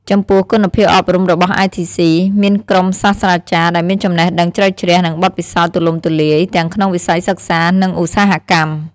ចំពោះ គុណភាពអប់រំរបស់ITC មានក្រុមសាស្ត្រាចារ្យដែលមានចំណេះដឹងជ្រៅជ្រះ និងបទពិសោធន៍ទូលំទូលាយ ទាំងក្នុងវិស័យសិក្សា និងឧស្សាហកម្ម។